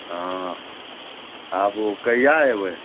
हँ आबू कहिया अयबै